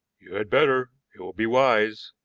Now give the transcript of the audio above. you had better. it will be wise.